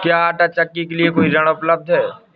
क्या आंटा चक्की के लिए कोई ऋण उपलब्ध है?